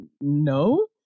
No